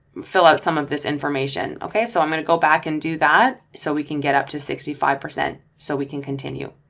fill out some of this information. okay, so i'm going to go back and do that. so we can get up to sixty five. so we can continue.